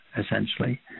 essentially